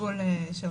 יש תשאול.